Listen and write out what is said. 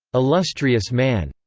illustrious man.